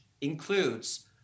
includes